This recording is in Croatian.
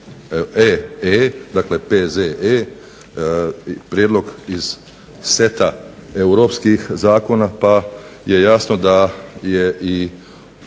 E., dakle P.Z.E. – prijedlog iz seta europskih zakona pa je jasno da je i